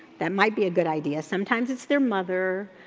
that might be a good idea. sometimes it's their mother.